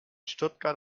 stuttgart